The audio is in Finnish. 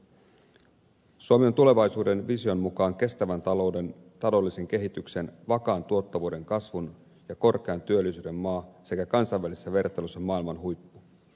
suomi on tulevaisuuden vision mukaan kestävän talouden taloudellisen kehityksen vakaan tuottavuuden kasvun ja korkean työllisyyden maa sekä kansainvälisessä vertailussa maailman huippu